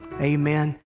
Amen